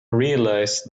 realize